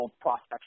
prospects